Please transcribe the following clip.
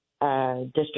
District